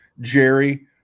Jerry